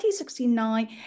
1969